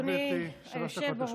בבקשה, גברתי, שלוש דקות לרשותך.